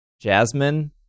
Jasmine